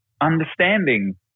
understanding